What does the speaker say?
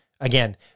Again